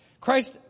Christ